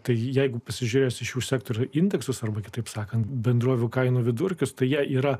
tai jeigu pasižiūrės į šių sektorių indeksus arba kitaip sakant bendrovių kainų vidurkius tai jie yra